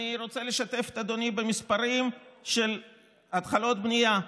אני רוצה לשתף את אדוני בנתונים של התחלות בנייה.